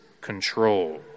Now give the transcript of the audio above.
control